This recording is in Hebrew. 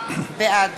בעד